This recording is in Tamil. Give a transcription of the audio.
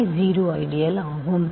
அவை 0 ஐடியல் ஆகும்